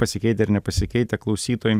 pasikeitę ar nepasikeitę klausytojai